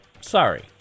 sorry